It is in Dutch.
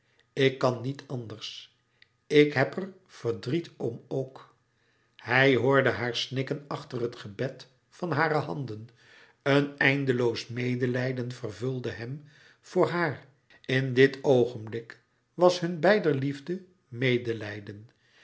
ik kan niet anders ik heb er verdriet om ook hij hoorde haar snikken achter het gebed van hare handen een eindeloos medelijden vervulde hem voor haar in dit oogenblik was hun beider liefde medelijden